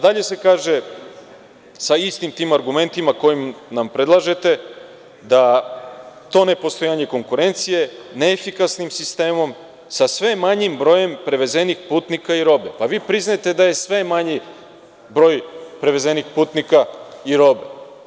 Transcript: Dalje se kaže, sa istim tim argumentima koje nam predlažete, da to nepostojanje konkurencije neefikasnim sistemom sa sve manjim brojem prevezenih putnika i robe, pa vi priznajete da je sve manji broj prevezenih putnika i robe.